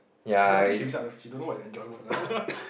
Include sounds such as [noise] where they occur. I I think she misunder~ she don't know what is enjoyment haha [laughs]